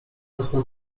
rosną